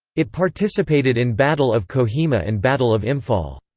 it participated in battle of kohima and battle of imphal.